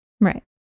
Right